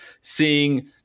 seeing